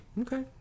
Okay